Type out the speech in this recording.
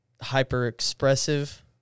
hyper-expressive